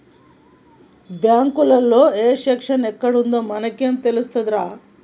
బాంకులల్ల ఏ సెక్షను ఎక్కడుందో మనకేం తెలుస్తదిరా